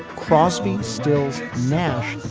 crosby stills nash.